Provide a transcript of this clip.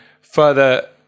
further